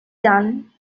done